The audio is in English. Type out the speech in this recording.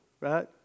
right